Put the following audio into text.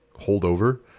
holdover